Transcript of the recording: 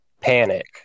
panic